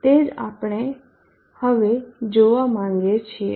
તે જ આપણે હવે જોવા માંગીએ છીએ